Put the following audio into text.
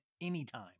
anytime